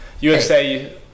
USA